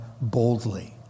boldly